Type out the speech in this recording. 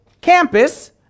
campus